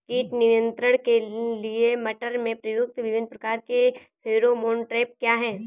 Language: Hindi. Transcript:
कीट नियंत्रण के लिए मटर में प्रयुक्त विभिन्न प्रकार के फेरोमोन ट्रैप क्या है?